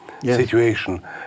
situation